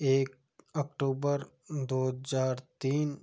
एक अक्टूबर दो हज़ार तीन